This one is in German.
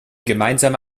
gemeinsame